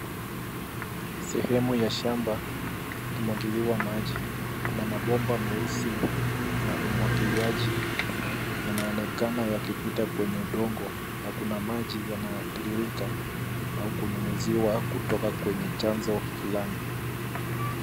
Sehemu ya shamba ikimwagiliwa maji. Kuna mabomba meusi ya umwagiliaji yanaonekana yakipita kwenye udongo na kuna maji yanayotiririka au kunyunyuziwa kutoka kwenye chanzo fulani.